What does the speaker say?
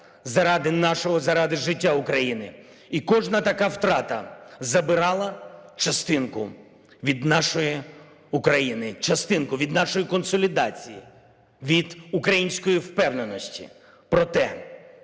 заради нашого, заради життя України. І кожна така втрата забирала частинку від нашої України, частинку від нашої консолідації, від української впевненості.